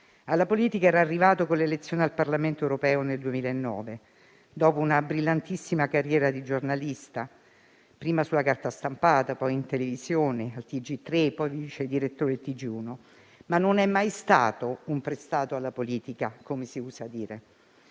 Alla politica era arrivato con l'elezione al Parlamento europeo nel 2009, dopo una brillantissima carriera di giornalista prima sulla carta stampata e, poi, in televisione (al TG3 e, poi, vice direttore del TG1). Egli non è mai stato un prestato alla politica, come si usa dire.